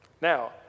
Now